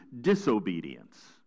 disobedience